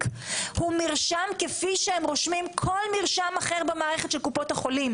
הוא מרשם כפי שהם רושמים כל מרשם אחר במערכת של קופות החולים.